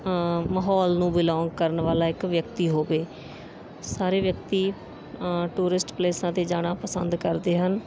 ਮਾਹੌਲ ਨੂੰ ਬਿਲੋਂਗ ਕਰਨ ਵਾਲਾ ਇੱਕ ਵਿਅਕਤੀ ਹੋਵੇ ਸਾਰੇ ਵਿਅਕਤੀ ਟੂਰਿਸਟ ਪਲੇਸਾਂ 'ਤੇ ਜਾਣਾ ਪਸੰਦ ਕਰਦੇ ਹਨ